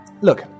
Look